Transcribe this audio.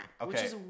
Okay